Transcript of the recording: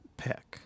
pick